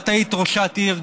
את היית ראשת עיר,